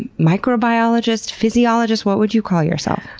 microbiologist? physiologist? what would you call yourself?